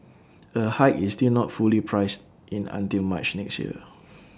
A hike is still not fully priced in until March next year